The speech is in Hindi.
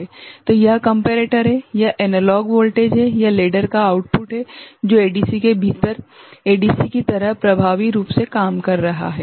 तो यह कम्पेरेटर है यह एनालॉग वोल्टेज है यह लेडर का आउटपुट है जो एडीसी के भीतर एडीसी की तरह प्रभावी रूप से काम कर रहा है